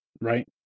right